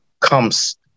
comes